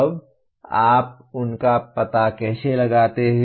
अब आप उनका पता कैसे लगाते हैं